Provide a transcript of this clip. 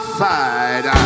side